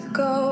go